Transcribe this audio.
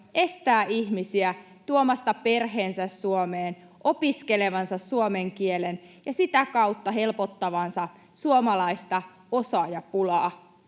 estää ihmisiä tuomasta perheensä Suomeen, opiskelemasta suomen kielen ja sitä kautta helpottamasta suomalaista osaajapulaa.